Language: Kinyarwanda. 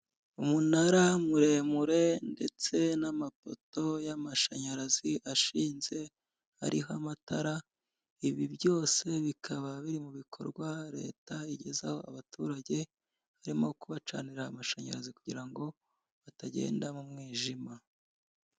Umunara muremure ndetse n'amapoto y'amashanyarazi ashinze, ariho amatara, ibi byose bikaba biri mu bikorwa leta igezaho abaturage, harimo kubacanira amashanyarazi kugira ngo batagenda mu mwijima.